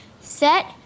set